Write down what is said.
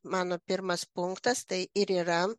mano pirmas punktas tai ir yra